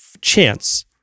chance